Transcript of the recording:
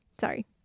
sorry